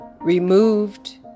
removed